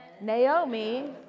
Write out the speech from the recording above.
Naomi